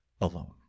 alone